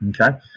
Okay